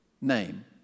name